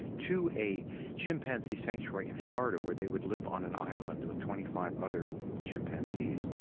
to a chimpanzee sanctuary in florida where they would live on an island with twenty five other chimpanzees,